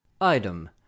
Item